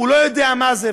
הוא לא יודע מה זה,